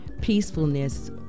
peacefulness